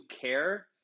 care